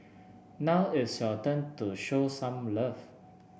now it's your turn to show some love